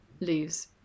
lose